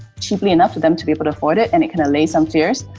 cheaply enough to them to be able to afford it and it can allay some fears,